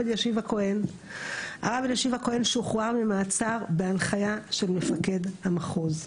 אלישיב הכהן הוא שוחרר ממעצר בהנחיה של מפקד המחוז.